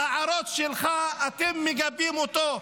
בהערות שלך אתם מגבים אותו.